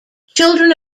children